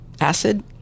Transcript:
acid